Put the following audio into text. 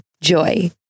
Joy